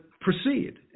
proceed